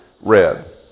red